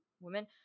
women